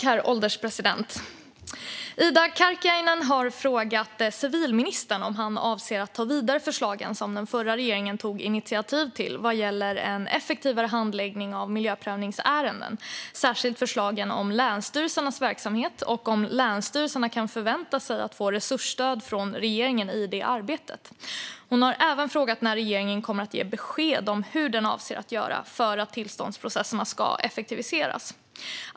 Herr ålderspresident! har frågat civilministern om han avser att ta vidare förslagen som den förra regeringen tog initiativ till vad gäller en effektivare handläggning av miljöprövningsärenden, särskilt förslagen om länsstyrelsernas verksamhet, och om länsstyrelserna kan förvänta sig att få resursstöd från regeringen i det arbetet. Hon har även frågat när regeringen kommer att ge besked om hur den avser att göra för att tillståndsprocesserna ska effektiviseras.